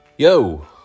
Yo